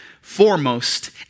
foremost